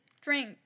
Drink